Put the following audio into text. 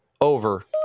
Over